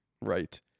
right